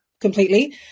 completely